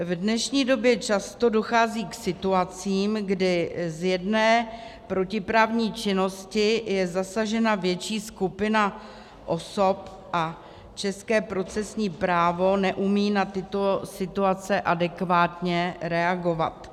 V dnešní době často dochází k situacím, kdy z jedné protiprávní činnosti je zasažena větší skupina osob, a české procesní právo neumí na tyto situace adekvátně reagovat.